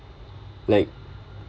like